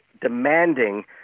demanding